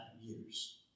years